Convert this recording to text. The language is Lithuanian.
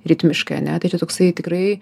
ritmiškai ane tai čia toksai tikrai